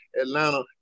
Atlanta